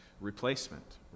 replacement